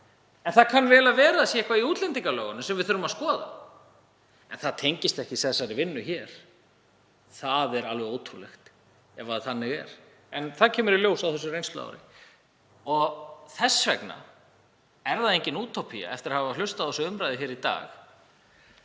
En það kann vel að vera að það sé eitthvað í útlendingalögunum sem við þurfum að skoða en það tengist ekki þessari vinnu hér. Það er alveg ótrúlegt ef þannig er. En það kemur í ljós á þessu reynsluári. Það er engin útópía, eftir að hafa hlustað á þessa umræðu hér í dag,